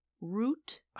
Root